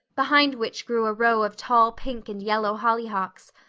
behind which grew a row of tall pink and yellow hollyhocks,